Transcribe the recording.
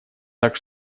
так